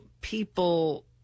people